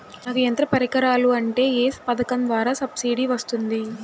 నాకు యంత్ర పరికరాలు ఉంటే ఏ పథకం ద్వారా సబ్సిడీ వస్తుంది?